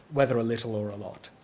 whether a little or a lot.